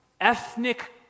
ethnic